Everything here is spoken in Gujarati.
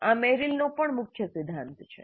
આ મેરિલનો પણ મુખ્ય સિધ્ધાંત છે